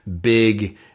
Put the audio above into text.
big